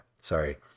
sorry